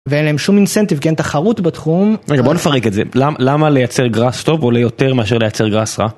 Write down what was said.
ואין להם שום אינסנטיב, כי אין תחרות בתחום. רגע בוא נפרק את זה, למה לייצר גרס טוב עולה יותר מאשר לייצר גרס רע?